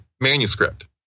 Manuscript